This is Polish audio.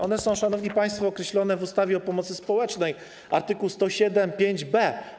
One są, szanowni państwo, określone w ustawie o pomocy społecznej w art. 107 ust. 5b.